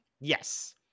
yes